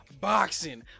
boxing